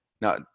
Now